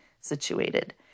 situated